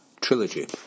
trilogy